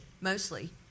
mostly